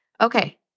okay